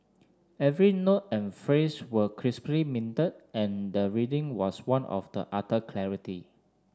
every note and phrase was crisply minted and the reading was one of the utter clarity